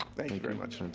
thank you very much. and